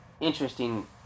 interesting